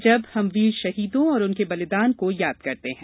जब हम वीर शहीदों और उनके बलिदान को याद करते हैं